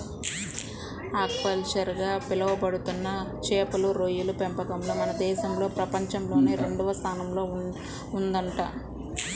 aquaculture గా పిలవబడుతున్న చేపలు, రొయ్యల పెంపకంలో మన దేశం ప్రపంచంలోనే రెండవ స్థానంలో ఉందంట